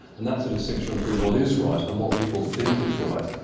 and that's the distinction between what is right, and what people think is right.